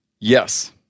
Yes